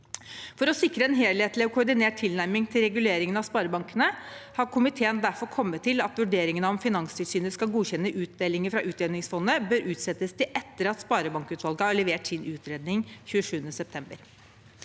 For å sikre en helhetlig og koordinert tilnærming til reguleringen av sparebankene har komiteen derfor kommet til at vurderingen av om Finanstilsynet skal godkjenne utdelinger fra utjevningsfondet, bør utsettes til etter at sparebankutvalget har levert sin utredning 27. september.